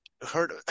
heard